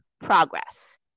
progress